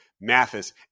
Mathis